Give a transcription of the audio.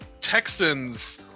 Texans